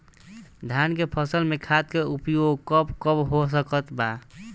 धान के फसल में खाद के उपयोग कब कब हो सकत बा?